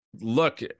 look